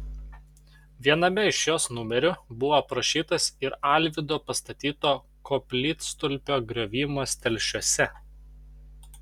viename iš jos numerių buvo aprašytas ir alvydo pastatyto koplytstulpio griovimas telšiuose